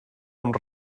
amb